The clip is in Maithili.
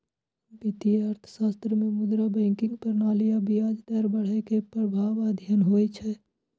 वित्तीय अर्थशास्त्र मे मुद्रा, बैंकिंग प्रणाली आ ब्याज दर बढ़ै के प्रभाव अध्ययन होइ छै